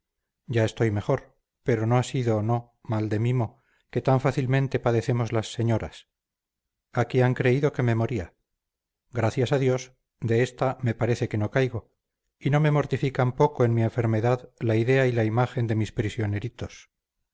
ya estoy mejor pero no ha sido no mal de mimo que tan fácilmente padecemos las señoras aquí han creído que me moría gracias a dios de esta me parece que no caigo y no me mortificaban poco en mi enfermedad la idea y la imagen de mis prisioneritos